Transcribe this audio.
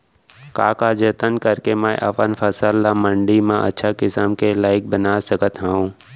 का का जतन करके मैं अपन फसल ला मण्डी मा अच्छा किम्मत के लाइक बना सकत हव?